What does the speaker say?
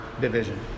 division